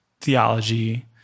theology